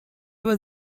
was